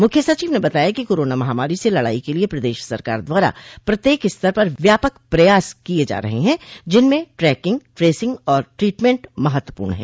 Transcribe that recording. मुख्य सचिव ने बताया कि कोरोना महामारी से लड़ाई के लिये प्रदेश सरकार द्वारा प्रत्येक स्तर पर व्यापक प्रयास किये जा रहे है जिनमें ट्रैकिंग ट्रेसिंग और ट्रीटमेंट महत्वपूर्ण है